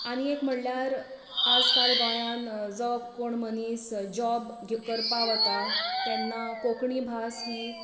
आनी एक म्हळ्यार आज काल गोंयांत जो कोण मनीस जाॅब करपाक वता तेन्ना कोंकणी भास ही